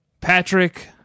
Patrick